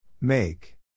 Make